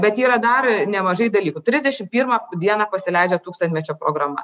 bet yra dar nemažai dalykų trisdešim pirmą dieną pasileidžia tūkstantmečio programa